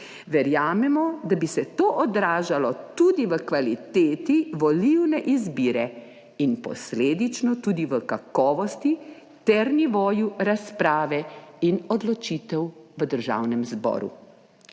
Verjamemo, da bi se to odražalo tudi v kvaliteti volilne izbire in posledično tudi v kakovosti ter nivoju razprave in odločitev v Državnem zboru.